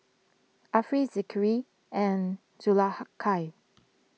Ariff Zikri and Zulaikha